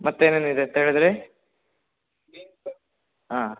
ಮತ್ತು ಏನೇನು ಇದೆ ಅಂತ ಹೇಳಿದ್ರಿ ಹಾಂ